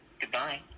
Goodbye